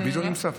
ביטון נמצא פה.